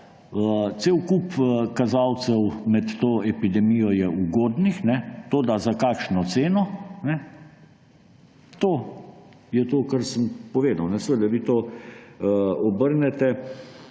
cel kup kazalcev med to epidemijo ugodnih, toda za kakšno ceno. To je to, kar sem povedal. Seveda vi to obrnete